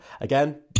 Again